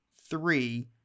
three